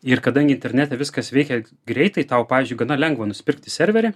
ir kadangi internete viskas veikia greitai tau pavyzdžiui gana lengva nusipirkti serverį